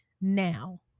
now